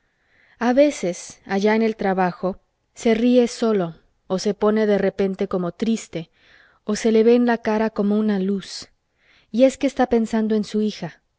a veces allá en el trabajo se ríe solo o se pone de repente como triste o se le ve en la cara como una luz y es que está pensando en su hija